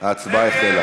נא להצביע.